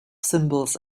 symbols